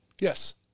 Yes